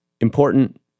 important